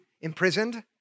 imprisoned